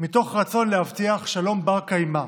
מתוך רצון להבטיח שלום בר-קיימא,